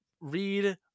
read